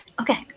Okay